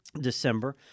December